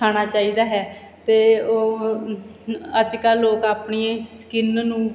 ਖਾਣਾ ਚਾਹੀਦਾ ਹੈ ਅਤੇ ਉਹ ਅੱਜ ਕੱਲ੍ਹ ਲੋਕ ਆਪਣੀ ਸਕਿਨ ਨੂੰ